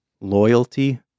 loyalty